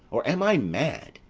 or am i mad,